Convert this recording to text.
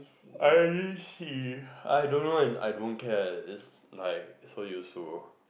I English C I don't know and I don't care is like so useful